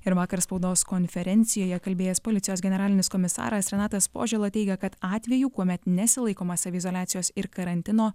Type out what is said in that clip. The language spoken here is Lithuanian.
ir vakar spaudos konferencijoje kalbėjęs policijos generalinis komisaras renatas požėla teigia kad atvejų kuomet nesilaikoma saviizoliacijos ir karantino